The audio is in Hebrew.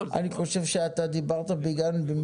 יש סיכום על כך ששרת הכלכלה תקיים דיון ספציפי על